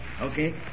Okay